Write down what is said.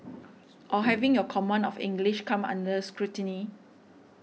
or having your command of English come under scrutiny